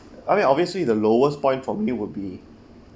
I mean obviously the lowest point for me would be